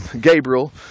Gabriel